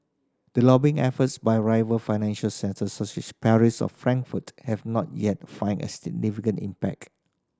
the lobbying efforts by rival financial centres such as Paris or Frankfurt have not yet find a significant impact